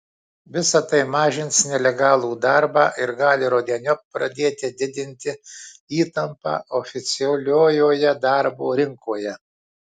visa tai mažins nelegalų darbą ir gali rudeniop pradėti didinti įtampą oficialioje darbo rinkoje